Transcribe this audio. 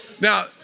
Now